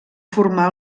formar